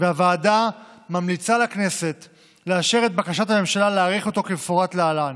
והוועדה ממליצה לכנסת לאשר את בקשת הממשלה להאריך אותו כמפורט להלן: